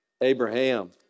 Abraham